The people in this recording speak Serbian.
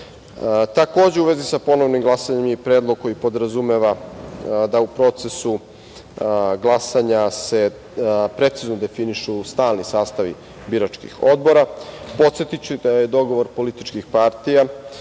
glasanja.U vezi sa ponovnim glasanjem je i predlog koji podrazumeva da u procesu glasanja se precizno definišu stalni sastavi biračkih odbora. Podsetiću da je dogovor političkih partija